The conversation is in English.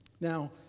Now